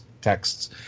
texts